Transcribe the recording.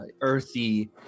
earthy